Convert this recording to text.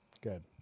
Good